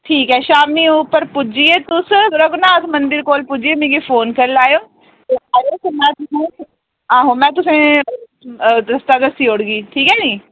ठीक ऐ शामी उप्पर पुज्जियै तुस रघुनाथ मंदिर कोल पुज्जियै मिगी फोन करी लैएओ आहो मैं तुसेंगी रस्ता दस्सी ओड़गी ठीक ऐ नी